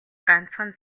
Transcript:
ганцхан